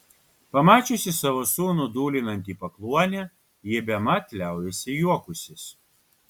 pamačiusi savo sūnų dūlinant į pakluonę ji bemat liaujasi juokusis